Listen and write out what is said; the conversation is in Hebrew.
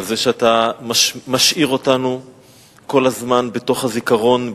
על זה שאתה משאיר אותנו כל הזמן בתוך הזיכרון,